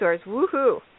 Woohoo